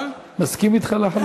אני מסכים אתך לחלוטין.